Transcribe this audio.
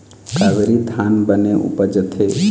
कावेरी धान बने उपजथे?